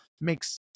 makes